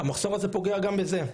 המחסור הזה פוגע גם בזה.